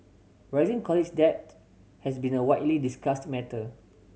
rising college debt has been a widely discussed matter